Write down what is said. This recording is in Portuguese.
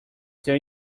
seu